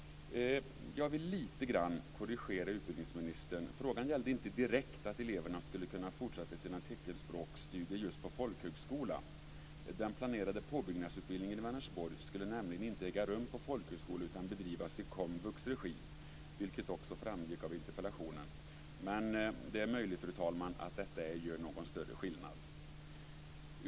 Jag vill lite grann korrigera utbildningsministern. Frågan gällde inte direkt att eleverna skulle kunna fortsätta sina teckenspråksstudier just på folkhögskola. Den planerade påbyggnadsutbildningen i Vänersborg skulle nämligen inte äga rum på folkhögskola utan bedrivas i komvux regi, vilket också framgick av interpellationen. Men det är möjligt, fru talman, att detta ej gör någon större skillnad.